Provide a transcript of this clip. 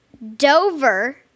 Dover